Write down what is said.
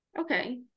Okay